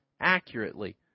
accurately